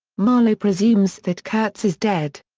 marlow presumes that kurtz is dead.